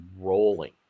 rolling